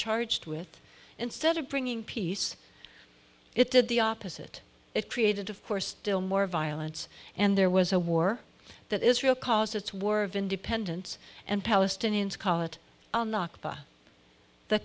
charged with instead of bringing peace it did the opposite it created of course still more violence and there was a war that israel calls its war of independence and palestinians call it